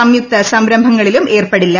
സംയുക്ത സംരംഭങ്ങളിലും ഏർപ്പെടില്ല